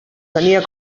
tenia